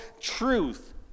truth